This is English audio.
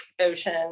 ocean